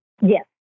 Yes